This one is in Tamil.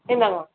இந்தாங்கள் மேம்